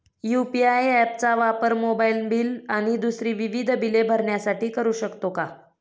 UPI app चा वापर mobile bill आणि दुसरी विविध बिले भरण्यासाठी करू शकतो का?